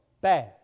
bad